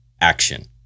action